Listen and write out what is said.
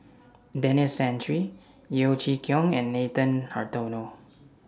Denis Santry Yeo Chee Kiong and Nathan Hartono